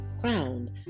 crowned